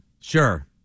Sure